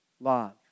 love